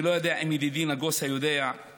אני לא יודע אם ידידי נגוסה יודע שמקבלי